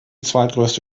zweitgrößte